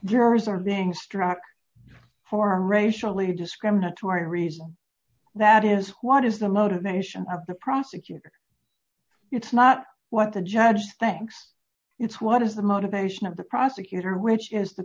reserving strout hora racially discriminatory reason that is what is the motivation of the prosecutor it's not what the judge thinks it's what is the motivation of the prosecutor which is the